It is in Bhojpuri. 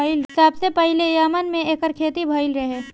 सबसे पहिले यमन में एकर खेती भइल रहे